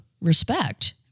respect